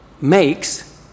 makes